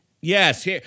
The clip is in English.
Yes